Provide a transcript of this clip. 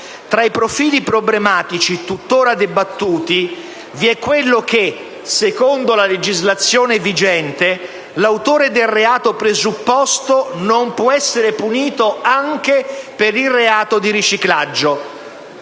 Tra i profili problematici tuttora dibattuti, vi è quello relativo al fatto che - secondo la legislazione vigente - l'autore del reato presupposto non può essere punito anche per il reato di riciclaggio.